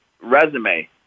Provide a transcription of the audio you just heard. resume